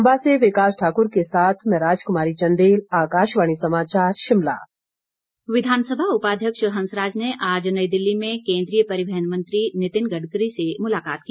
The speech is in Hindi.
चंबा से विकास ठाकुर के साथ मैं राजकुमारी चंदेल आकाशवाणी समाचार शिमला हंसराज विधानसभा उपाध्यक्ष हंसराज ने आज नई दिल्ली में केन्द्रीय परिवहन मंत्री नीतिन गडकरी से मुलाकात की